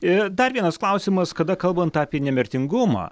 ir dar vienas klausimas kada kalbant apie nemirtingumą